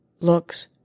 looks